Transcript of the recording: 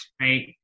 right